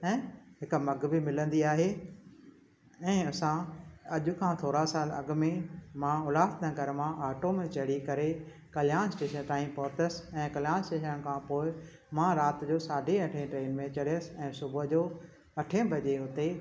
ऐं हिक मघ बि मिलंदी आहे ऐं असां अॼु खां थोरा साल अॻिमें मां उल्हासनगर मां ऑटो में चढ़ी करे कल्याण स्टेशन ताईं पहुतसि ऐं कल्याण स्टेशन खां पोइ मां राति जो साढे अठें ट्रेन में चढ़ियसि ऐं सुबुह जो अठें बजे हुते